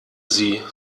sie